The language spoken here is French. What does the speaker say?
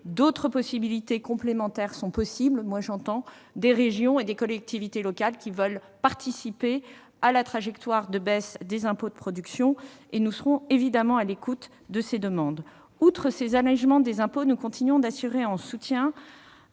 d'autres possibilités existent. J'entends des régions et des collectivités locales qui veulent participer à la trajectoire de baisse des impôts de production ; nous serons évidemment à l'écoute de ces demandes. Outre ces allégements d'impôts, nous continuons d'assurer un soutien